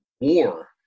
war